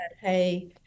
hey